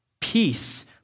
peace